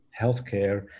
healthcare